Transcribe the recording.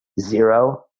zero